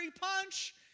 punch